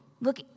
Look